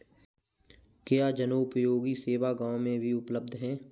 क्या जनोपयोगी सेवा गाँव में भी उपलब्ध है?